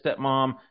stepmom